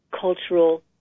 cultural